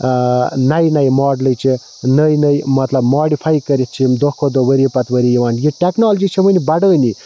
نَیہِ نَیہِ ماڈلٕچہِ نٔے نٔے مَطلَب ماڈِفاے کٔرِتھ چھِ یِم دۄہ کھۄتہٕ دۄہ ؤریہِ پَتہٕ ؤریہِ یِوان یہِ ٹیٚکنالجی چھِ وٕنہِ بَڑٲنی